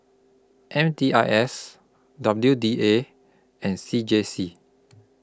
M D I S W D A and C J C